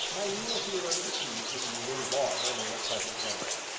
my meal here under the trees with you will long remain a pleasant memory.